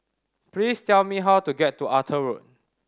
please tell me how to get to Arthur Road